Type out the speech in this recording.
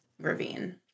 ravine